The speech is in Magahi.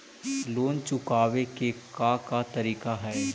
लोन चुकावे के का का तरीका हई?